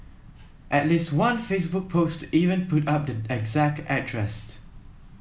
at least one Facebook post even put up the exact address